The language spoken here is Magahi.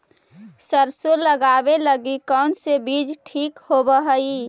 सरसों लगावे लगी कौन से बीज ठीक होव हई?